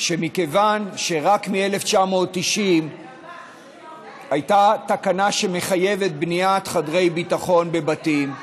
שמכיוון שרק מ-1990 הייתה תקנה שמחייבת בניית חדרי ביטחון בבתים,